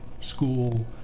school